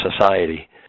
society